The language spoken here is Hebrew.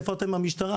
איפה אתם המשטרה,